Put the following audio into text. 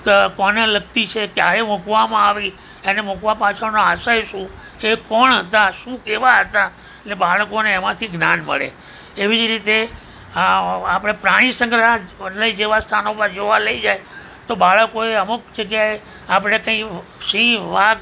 કોને લગતી છે ક્યારે મૂકવામાં આવી એને મૂકવા પાછળનો આશય શું એ કોણ હતા શું કેવા હતા એ બાળકોને એમાંથી જ્ઞાન મળે એવી જ રીતે આપણે પ્રાણી સંગ્રહાલય જેવા સ્થાનોમાં જોવા લઈ જાય તો બાળકોએ અમુક જગ્યાએ આપણે કંઈ સિંહ વાઘ